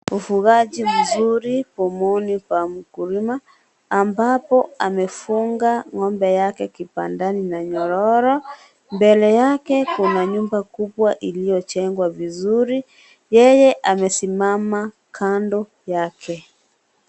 Ufugaji mzuri pomoni pa mkulima. Ambapo amefuga ng'ombe yake kibandani na nyororo. Mbele yake, kuna nyumba kubwa iliyojengwa vizuri. Yeye amesimama kando yake.